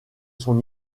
son